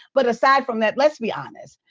but aside from that, let's be honest.